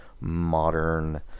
modern